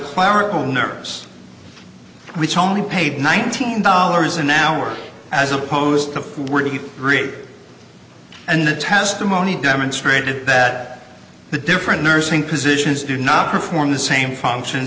clerical nurse which only paid nineteen dollars an hour as opposed to forty three and the testimony demonstrated that the different nursing positions do not perform the same functions